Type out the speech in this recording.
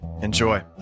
Enjoy